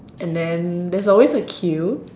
and then there's always a queue